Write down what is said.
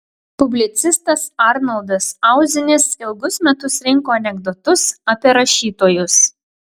publicistas arnoldas auzinis ilgus metus rinko anekdotus apie rašytojus